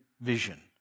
vision